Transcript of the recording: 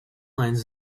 lines